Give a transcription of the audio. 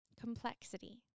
Complexity